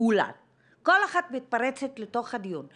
אחת מתפרצת לתוך הדיון.